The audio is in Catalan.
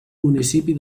municipi